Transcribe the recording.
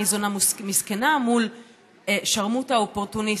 מהי זונה מסכנה אל מול שרמוטה אופורטוניסטית.